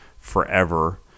forever